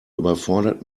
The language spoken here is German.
überfordert